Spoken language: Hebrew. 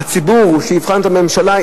הציבור יבחן בהם את הממשלה,